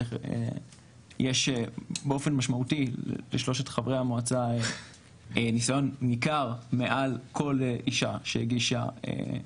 יש באופן משמעותי לשלושת חברי המועצה ניסיון ניכר מעל כל אשה שהגישה,